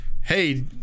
hey